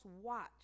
watch